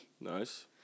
Nice